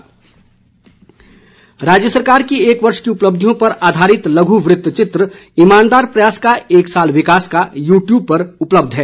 वृतचित्र राज्य सरकार की एक वर्ष की उपलब्धियों पर आधारित लघु वृतचित्र ईमानदार प्रयास का एक साल विकास का यू ट्यूब पर उपलब्ध है